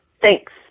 thanks